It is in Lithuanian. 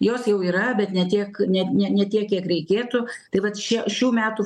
jos jau yra bet ne tiek ne ne ne tiek kiek reikėtų tai vat čia šių metų